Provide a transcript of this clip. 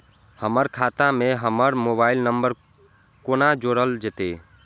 हमर खाता मे हमर मोबाइल नम्बर कोना जोरल जेतै?